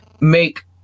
make